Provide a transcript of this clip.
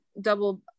double